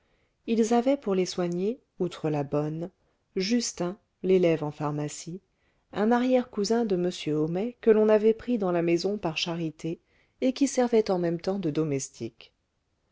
ils avaient pour les soigner outre la bonne justin l'élève en pharmacie un arrière cousin de m homais que l'on avait pris dans la maison par charité et qui servait en même temps de domestique